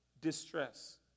distress